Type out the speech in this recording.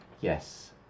yes